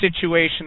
Situation